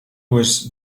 was